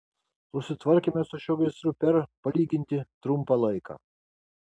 susitvarkėme su šiuo gaisru per palyginti trumpą laiką